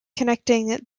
connecting